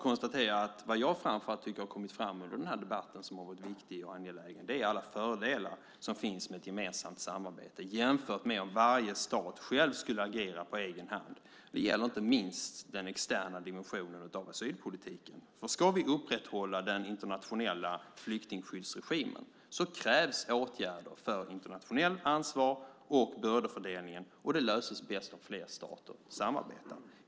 Det jag framför allt tycker har kommit fram under den här debatten, som har varit viktig och angelägen, är alla fördelar som finns med ett gemensamt samarbete jämfört med om varje stat själv skulle agera på egen hand. Det gäller inte minst den externa dimensionen av asylpolitiken. Ska vi upprätthålla den internationella flyktingskyddsregimen krävs åtgärder för internationellt ansvar och bördefördelningen. Det löses bäst om fler stater samarbetar.